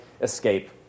escape